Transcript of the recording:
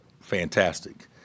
fantastic